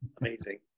amazing